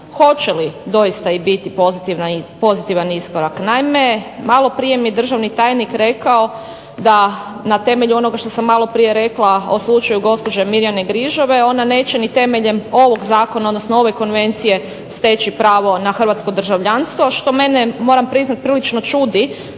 hoće li doista biti pozitivan iskorak.